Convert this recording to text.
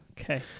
Okay